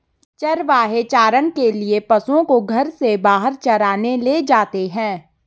चरवाहे चारण के लिए पशुओं को घर से बाहर चराने ले जाते हैं